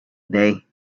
day